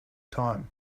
time